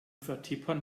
vertippern